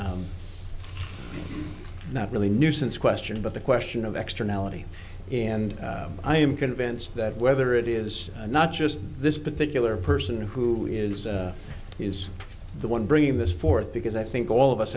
the not really nuisance question but the question of extra melanie and i am convinced that whether it is not just this particular person who is he's the one bringing this forth because i think all of us